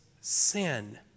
sin